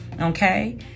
Okay